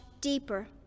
deeper